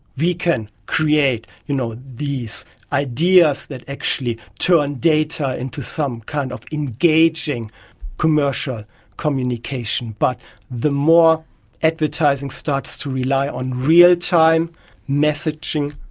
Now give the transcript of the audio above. we can create you know these ideas that actually turn and data into some kind of engaging commercial communication. but the more advertising starts to rely on real-time messaging,